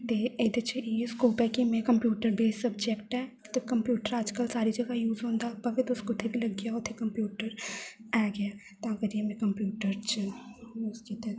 ते एह्दे च इ'यो स्कोप ऐ कि मैं कम्प्यूटर बेस्ड सब्जेक्ट ऐ ते कम्प्यूटर अज्जकल सारी जगह यूज़ होंदा भामें तुस कुतै बी लग्गी जाओ उत्थै कम्प्यूटर ऐ गै ऐ तां करियै मैं कम्प्यूटर च कोर्स कीते दा